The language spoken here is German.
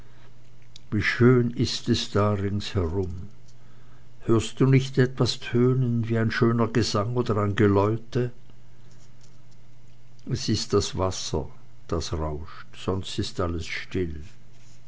wie schön ist es da rings herum hörst du nicht etwas tönen wie ein schöner gesang oder ein geläute es ist das wasser das rauscht sonst ist alles still